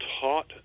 taught